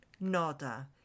Nota